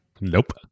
nope